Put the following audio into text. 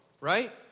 right